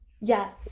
yes